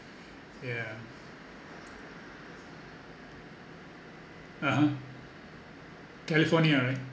yeah (uh huh) california right